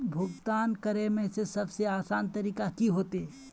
भुगतान करे में सबसे आसान तरीका की होते?